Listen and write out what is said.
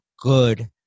good